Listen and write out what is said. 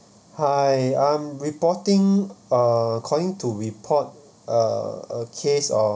hi I'm reporting uh calling to report uh a case of